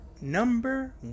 number